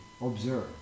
observe